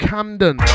Camden